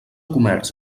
comerç